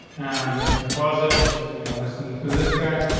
and then we can posit because we don't listen. this guy,